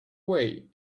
away